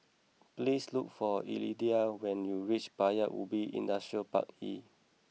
please look for when you reach Paya Ubi Industrial Park E